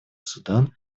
судан